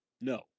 No